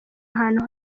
ahantu